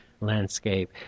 landscape